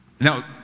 Now